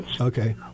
Okay